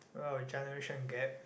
wow generation gap